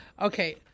okay